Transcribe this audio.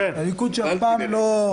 הליכוד שאף פעם לא,